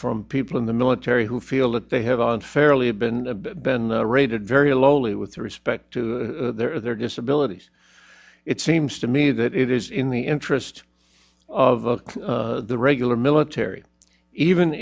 from people in the military who feel that they have unfairly been been rated very lowly with respect to their disability it seems to me that it is in the interest of the regular military even